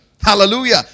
hallelujah